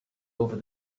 over